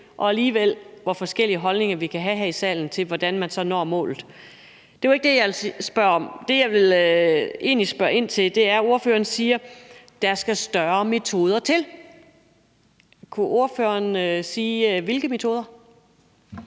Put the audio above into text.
vi alligevel have forskellige holdninger her i salen til, hvordan vi så når målet. Men det var ikke det, jeg ville spørge om. Det, jeg egentlig vil spørge ind til, er, i forhold til at ordføreren siger: Der skal større metoder til. Kan ordføreren sige, hvilke metoder